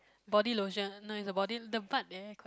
body lotion no is a body the butt there quite